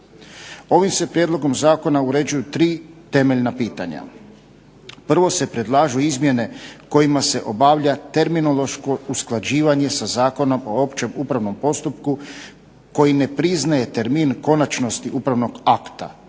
Ovim se prijedlogom zakona uređuju tri temeljna pitanja. Prvo se predlažu izmjene kojima se obavlja terminološko usklađivanje sa Zakonom o općem upravnom postupku koji ne poznaje termin konačnosti upravnog akta.